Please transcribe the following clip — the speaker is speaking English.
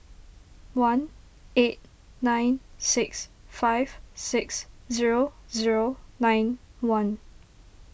one eight nine six five six zero zero nine one